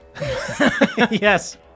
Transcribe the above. Yes